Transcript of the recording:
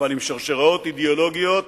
אבל עם שרשראות אידיאולוגיות